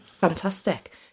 Fantastic